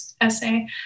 Essay